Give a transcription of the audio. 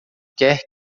quer